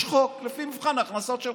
יש חוק, לפי מבחן ההכנסות שלך.